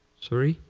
sorry.